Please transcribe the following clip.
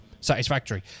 satisfactory